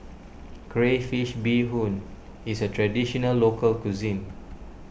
Crayfish BeeHoon is a Traditional Local Cuisine